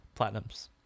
platinums